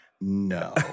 No